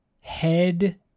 head